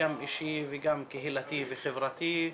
גם אישי וגם קהילתי וחברתי.